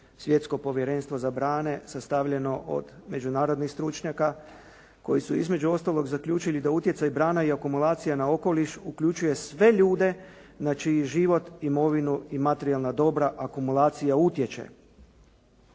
Svjetsko povjerenstvo za brane sastavljen od međunarodnih stručnjaka koji su između ostalog zaključili da utjecaj brana i akumulacija na okoliš uključuje sve ljude na čiji život, imovinu i materijalna dobra akumulacija utječe.